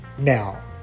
Now